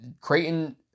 Creighton